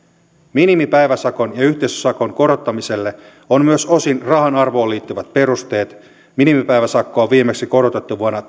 minimipäiväsakon ja yhteisösakon korottamiselle on osin myös rahan arvoon liittyvät perusteet minimipäiväsakkoa on viimeksi korotettu vuonna